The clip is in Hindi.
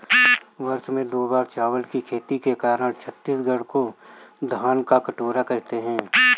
वर्ष में दो बार चावल की खेती के कारण छत्तीसगढ़ को धान का कटोरा कहते हैं